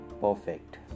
perfect